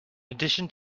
addition